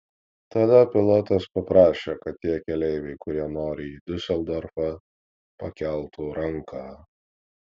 tada pilotas paprašė kad tie keleiviai kurie nori į diuseldorfą pakeltų ranką